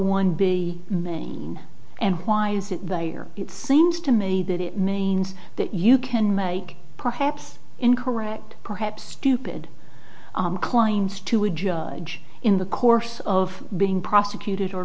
one b main and why is it they are it seems to me that it means that you can make perhaps incorrect perhaps stupid claims to a judge in the course of being prosecuted or